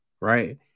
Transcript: right